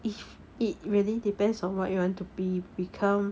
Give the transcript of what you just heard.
if it really depends on what you want to be become